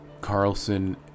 Carlson